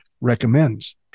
recommends